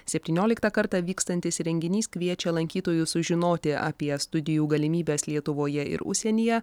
septynioliktą kartą vykstantis renginys kviečia lankytojus sužinoti apie studijų galimybes lietuvoje ir užsienyje